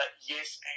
Yes